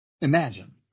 Imagine